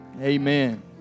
amen